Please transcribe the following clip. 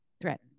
threat